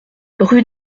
rue